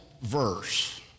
verse